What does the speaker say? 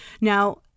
Now